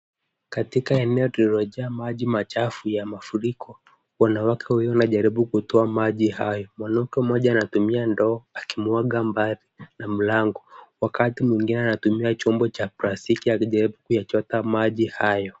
Katika eneo lililojaa maji machafu ya mafuriko, wanawake hawa wanajaribu kutoa maji hayo. Mwanamke mmoja anatumia ndoo akimwaga mbali na mlango, wakati mwingine anatumia chombo cha plastiki akijaribu kuyachota maji hayo.